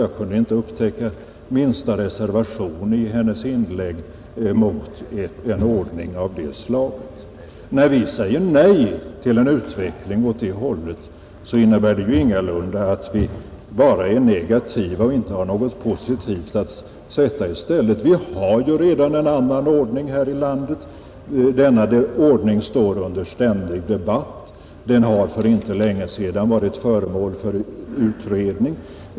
Jag kunde inte upptäcka minsta reservation i hennes inlägg mot en ordning av det slaget. När vi säger nej till en utveckling åt det hållet, så innebär det ju ingalunda att vi bara är negativa och inte har något positivt att sätta i stället. Vi har ju redan en annan ordning här i landet. Denna ordning står under ständig debatt. Den har för inte länge sedan varit föremål för utredning.